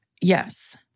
Yes